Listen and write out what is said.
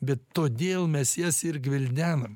bet todėl mes jas ir gvildenam